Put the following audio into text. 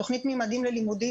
תוכנית "ממדים ללימודים",